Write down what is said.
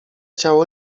ciało